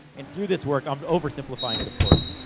and through this work. i'm over simplifying it, of course.